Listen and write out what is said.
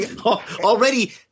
Already